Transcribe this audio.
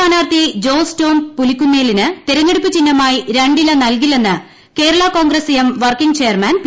സ്ഥാനാർത്ഥി ജോസ് ടോം പുലിക്കുന്നേലിന് തെരഞ്ഞെടുപ്പ് ചിഹ്നമായി രണ്ടില നൽകില്ലെന്ന് Kerala Congress M working chairman P